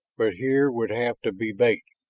but here would have to be bait,